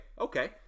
Okay